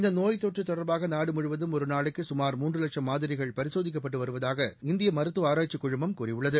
இந்த நோய்த் தொற்று தொடா்பாக நாடு முழுவதும் ஒரு நாளைக்கு சுமாா் மூன்று லட்சும் மாதிரிகள் பரிசோதிக்கப்பட்டு வருவதாக இந்திய மருத்துவ ஆராய்ச்சி குழுமம் கூறியுள்ளது